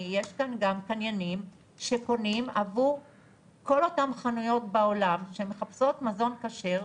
יש כאן קניינים שקונים עבור כל אותן חנויות בעולם שמחפשות מזון כשר,